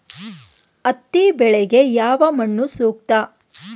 ಹತ್ತಿ ಬೆಳೆಗೆ ಯಾವ ಮಣ್ಣು ಸೂಕ್ತ?